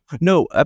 No